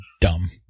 Dumb